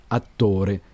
attore